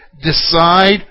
Decide